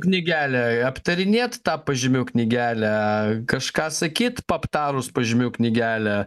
knygelė aptarinėt tą pažymių knygelę kažką sakyt aptarus pažymių knygelę